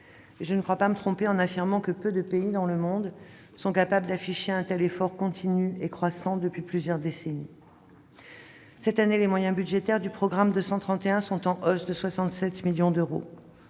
Je ne crois pas me tromper en affirmant que peu de pays dans le monde sont capables d'afficher un tel effort continu et croissant depuis plusieurs décennies. Cette année, les moyens budgétaires du programme 231 sont en hausse de 67 millions d'euros.